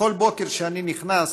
בכל בוקר שאני נכנס,